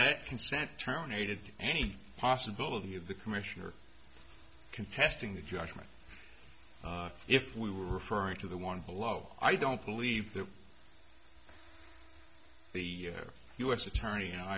that consent terminated any possibility of the commissioner contesting the judgment if we were referring to the one below i don't believe that the u s attorney